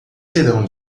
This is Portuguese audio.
serão